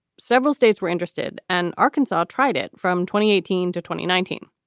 several states were interested and arkansas tried it from twenty eighteen to twenty nineteen.